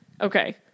Okay